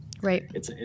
Right